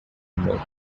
more